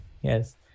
Yes